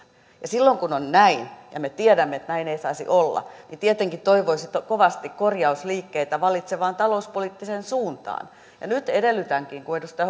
ja silloin kun on näin ja me tiedämme että näin ei saisi olla tietenkin toivoisi kovasti korjausliikkeitä vallitsevaan talouspoliittiseen suuntaan nyt edellytänkin kun edustaja